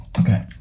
Okay